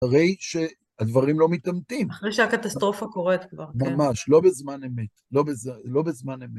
הרי שהדברים לא מתאמתים. אחרי שהקטסטרופה קורית כבר, כן. ממש, לא בזמן אמת. לא בזמן אמת.